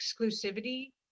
exclusivity